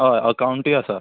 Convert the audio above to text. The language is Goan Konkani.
हय अकावंटूय आसा